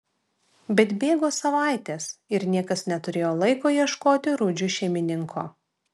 bet bėgo savaitės ir niekas neturėjo laiko ieškoti rudžiui šeimininko